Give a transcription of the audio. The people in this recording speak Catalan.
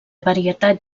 varietat